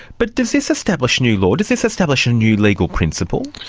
but does this establish new law, does this establish a new legal principle?